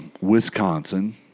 Wisconsin